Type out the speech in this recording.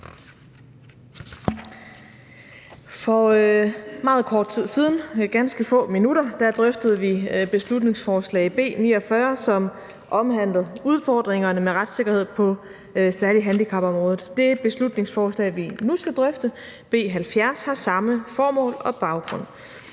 For meget kort tid siden – for ganske få minutter siden – drøftede vi beslutningsforslag nr. B 49, som omhandler udfordringerne med retssikkerheden på særlig handicapområdet. Det beslutningsforslag, vi nu skal drøfte, B 70, har samme formål og baggrund.